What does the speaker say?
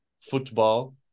football